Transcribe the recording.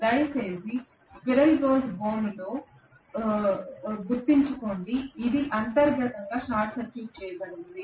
దయచేసి స్క్విరెల్ కేజ్లో గుర్తుంచుకోండి అది అంతర్గతంగా షార్ట్ సర్క్యూట్ చేయబడింది